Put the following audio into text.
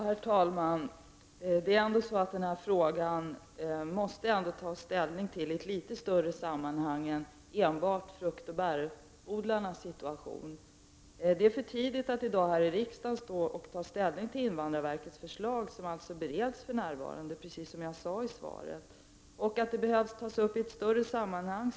Herr talman! Denna fråga måste man ta ställning till i ett litet större sammanhang än enbart fruktoch bärodlarnas situation. Det är för tidigt att i dag här i riksdagen ta ställning till invandrarverkets förslag som bereds för närvarande, precis som jag sade i mitt svar. Jag kan på två sätt belysa att frågan måste tas upp i ett större sammahang.